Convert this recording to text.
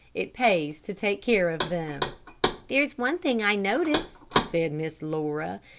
it pays to take care of them there's one thing i notice, said miss laura,